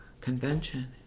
Convention